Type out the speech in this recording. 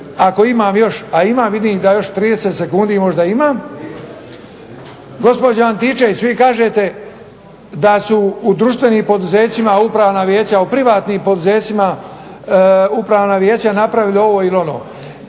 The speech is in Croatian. ako imam još, a imam, vidim da još 30 sekundi možda imam. Gospođo Antičević vi kažete da su u društvenim poduzećima upravna vijeća u privatnim poduzećima upravna vijeća napravili ovo ili ono.